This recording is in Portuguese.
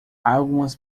algumas